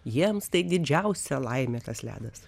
jiems tai didžiausia laimė tas ledas